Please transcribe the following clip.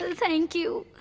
and thank you.